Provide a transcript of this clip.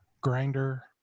Grinder